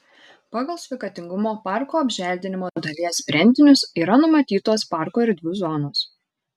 pagal sveikatingumo parko apželdinimo dalies sprendinius yra numatytos parko erdvių zonos